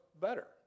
better